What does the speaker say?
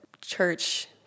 church